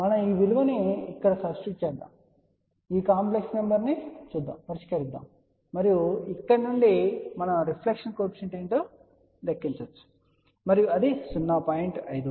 మనం ఈ విలువను ఇక్కడ సబ్స్టిట్యూట్ చేస్తాము ఈ కాంప్లెక్స్ నెంబర్స్ ను పరిష్కరిస్తాము మరియు ఇక్కడ నుండి మనం రిఫ్లెక్షన్ కోఎఫిషియంట్ ఏమిటో లెక్కించవచ్చు మరియు అది 0